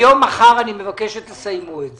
היום-מחר אני מבקש שתסיימו את זה.